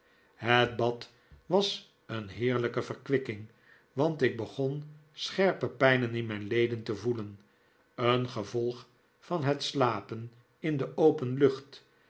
het bad was een heerlijke verkwikking want ik begon scherpe pijnen in mijn leden te voelen een gevolg van het slapen in de open lucht